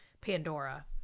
pandora